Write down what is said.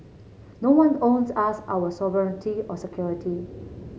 no one owes us our sovereignty or security